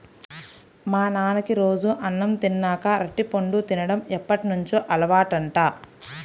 మా నాన్నకి రోజూ అన్నం తిన్నాక అరటిపండు తిన్డం ఎప్పటినుంచో అలవాటంట